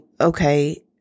okay